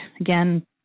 again